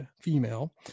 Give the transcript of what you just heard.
female